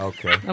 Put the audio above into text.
Okay